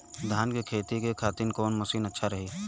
धान के खेती के खातिर कवन मशीन अच्छा रही?